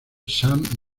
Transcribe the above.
sam